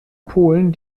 polen